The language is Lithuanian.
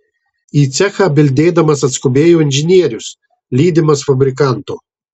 į cechą bildėdamas atskubėjo inžinierius lydimas fabrikanto